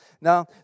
Now